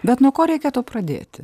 bet nuo ko reikėtų pradėti